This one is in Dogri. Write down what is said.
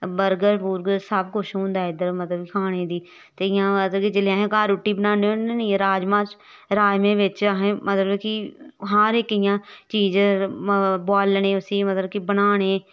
बर्गर बुर्गर सब कुछ होंदा इद्धर मतलब कि खाने दी ते इ'यां मतलब कि जेल्लै असें घर रुट्टी बनाने होन्ने नी राजमांह् राजमाएं बिच्च असें मतलब कि हर इक इ'यां चीज बोआलने उसी मतलब कि बनाने